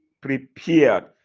prepared